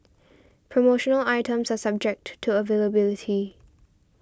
promotional items are subject to to availability